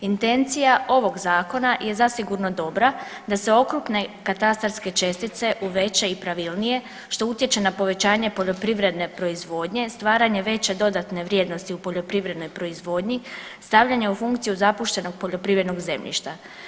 Intencija ovog zakona je zasigurno dobra da se okrupne katastarske čestice u veće i pravilnije što utječe na povećanje poljoprivredne proizvodnje, stvaranje veće dodatne vrijednosti u poljoprivrednoj proizvodnji, stavljanja u funkciju zapuštenog poljoprivrednog zemljišta.